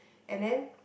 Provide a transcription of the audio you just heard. and then